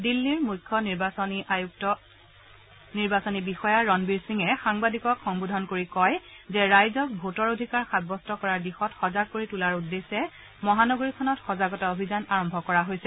দিল্লীৰ মুখ্য নিৰ্বাচনী আয়ুক্ত ৰণবীৰ সিঙে সাংবাদিকক সম্বোধন কৰি কয় যে ৰাইজক ভোটৰ অধিকাৰ সাব্যস্ত কৰাৰ দিশত সজাগ কৰি তোলাৰ উদ্দেশ্যে মহানগৰীখনত সজাগতা অভিযান আৰম্ভ কৰা হৈছে